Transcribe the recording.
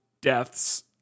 deaths